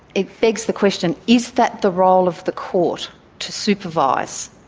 it begs the question is that the role of the court to supervise?